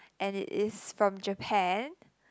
and it is from Japan